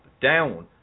down